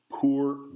poor